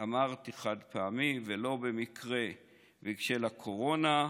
אמרתי "חד-פעמי" ולא במקרה "בשל הקורונה",